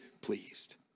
pleased